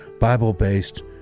Bible-based